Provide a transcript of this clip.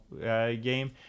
game